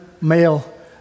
male